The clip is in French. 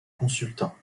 consultant